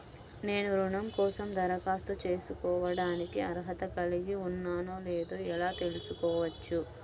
నేను రుణం కోసం దరఖాస్తు చేసుకోవడానికి అర్హత కలిగి ఉన్నానో లేదో ఎలా తెలుసుకోవచ్చు?